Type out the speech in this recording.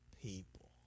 people